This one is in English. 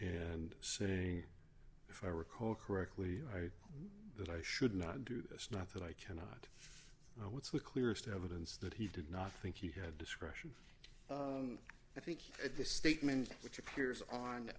and saying if i recall correctly that i should not do this not that i cannot what's the clearest evidence that he did not think he had discretion i think at this statement which appears on